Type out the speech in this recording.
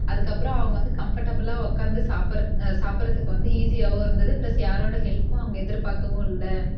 அதுக்கு அப்புறம் அவங்க வந்து கம்ஃபர்டபுளாக உக்காந்து சாப் சாப்பிறத்துக்கு வந்து ஈஸியாகவும் இருந்துது ப்ளஸ் யாரோடும் ஹெல்பும் அவங்க எதிர்பார்க்கவும் இல்லை